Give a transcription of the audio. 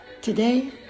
Today